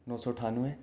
इक सौ ठानमें